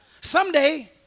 someday